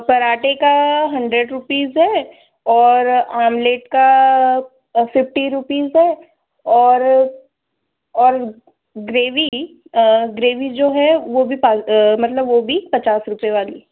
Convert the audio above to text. पराठे का hundred rupees है और आमलेट का फ़िफ्टी रूपीस है और और ग्रेवी ग्रेवी जो है वो भी पान मतलब वो भी पचास रुपए वाली